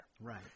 Right